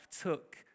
took